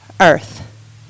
earth